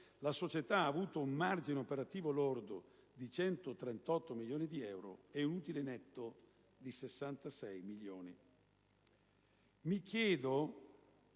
la società ha avuto un margine operativo lordo di 138 milioni di euro e un utile netto di 66 milioni di euro.